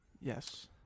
Yes